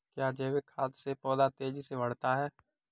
क्या जैविक खाद से पौधा तेजी से बढ़ता है?